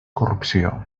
corrupció